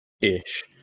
ish